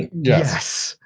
yes.